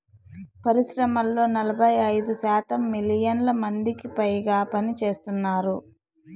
పరిశ్రమల్లో నలభై ఐదు శాతం మిలియన్ల మందికిపైగా పనిచేస్తున్నారు